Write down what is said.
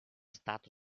stato